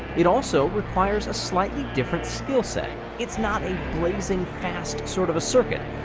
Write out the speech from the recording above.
it also requires a slightly different skill set it's not a blazing fast sort of a circuit.